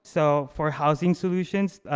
so for housing solutions,